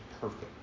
perfect